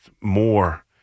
more